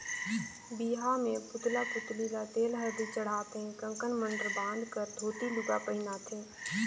बिहा मे पुतला पुतली ल तेल हरदी चढ़ाथे ककन मडंर बांध कर धोती लूगा पहिनाथें